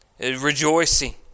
Rejoicing